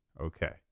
Okay